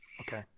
okay